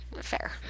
Fair